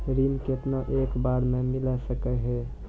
ऋण केतना एक बार मैं मिल सके हेय?